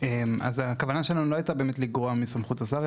אז הכוונה שלנו לא הייתה באמת לגרוע מסמכות השר,